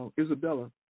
Isabella